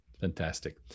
Fantastic